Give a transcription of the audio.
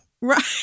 Right